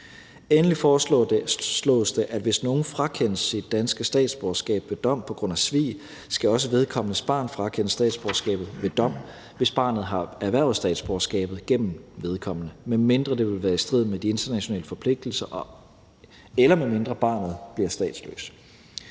Endelig foreslås det, at hvis nogen frakendes sit danske statsborgerskab ved dom på grund af svig, skal også vedkommendes barn frakendes statsborgerskabet ved dom, hvis barnet har erhvervet statsborgerskabet gennem vedkommende, medmindre det vil være i strid med de internationale forpligtelser, eller medmindre barnet bliver statsløs.